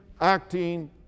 acting